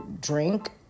drink